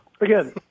Again